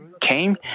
came